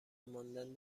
ماندن